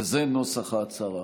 וזה נוסח ההצהרה: